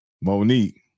Monique